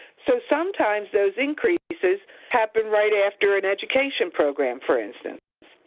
so sometimes those increases have been right after an education program for instance.